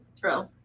True